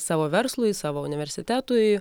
savo verslui savo universitetui